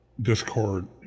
Discord